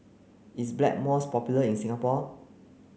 is Blackmores popular in Singapore